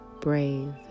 brave